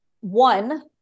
one